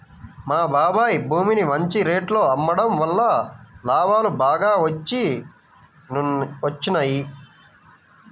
మా బాబాయ్ భూమిని మంచి రేటులో అమ్మడం వల్ల లాభాలు బాగా వచ్చినియ్యి